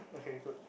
okay good